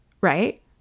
right